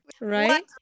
right